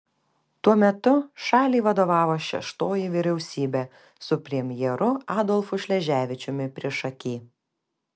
tuo metu šaliai vadovavo šeštoji vyriausybė su premjeru adolfu šleževičiumi priešaky